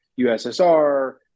USSR